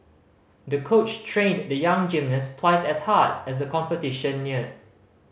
the coach trained the young gymnast twice as hard as a competition neared